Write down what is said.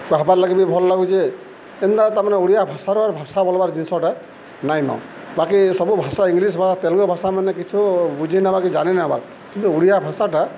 କହେବାର୍ ଲାଗି ବି ଭଲ୍ ଲାଗୁଛେ ଏନ୍ତା ତା ମାନେ ଓଡ଼ିଆ ଭାଷାରୁ ଆର୍ ଭାଷା ବଲ୍ବାର୍ ଜିନିଷଟା ନାଇଁନ ବାକି ସବୁ ଭାଷା ଇଂଲିଶ୍ ଭାଷା ତେଲୁଗୁ ଭାଷା ମାନେ କିଛି ବୁଝି ନେହେବା କି ଜାନି ନି ନେବାର୍ କିନ୍ତୁ ଓଡ଼ିଆ ଭାଷାଟା